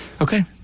Okay